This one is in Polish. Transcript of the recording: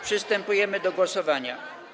Przystępujemy do głosowania.